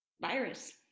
virus